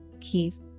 Keith